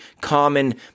common